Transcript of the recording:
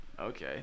Okay